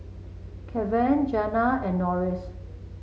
Keven Janna and Norris